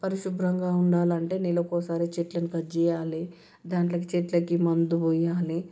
పరిశుభ్రంగా ఉండాలంటే నెలకోసారి చెట్లను కట్ చేయాలి దాంట్లోకి చెట్లకి మందు పోయాలి